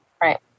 Right